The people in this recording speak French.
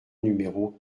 numéro